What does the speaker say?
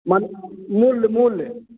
मन मूल्य मूल्य